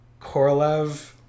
Korolev